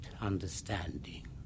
understanding